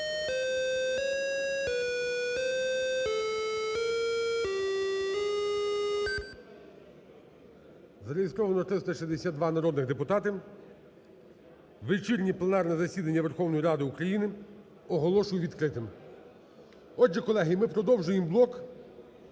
Зареєстровано 362 народних депутати. Вечірнє пленарне засідання Верховної Ради України оголошую відкритим. Отже, колеги, ми продовжуємо блок